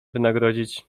wynagrodzić